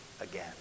again